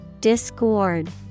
Discord